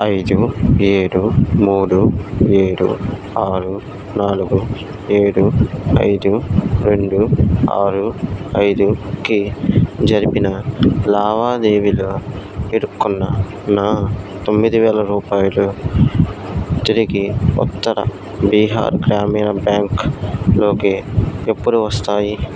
ఐదు ఏడు మూడు ఏడు ఆరు నాలుగు ఏడు ఐదు రెండు ఆరు ఐదుకి జరిపిన లావాదేవీలో ఇరుక్కున్న నా తొమ్మిది వేల రూపాయలు తిరిగి ఉత్తర బీహార్ గ్రామీణ బ్యాంక్లోకి ఎప్పుడు వస్తాయి